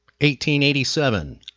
1887